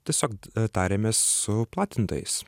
tiesiog tarėmės su platintojais